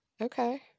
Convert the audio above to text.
Okay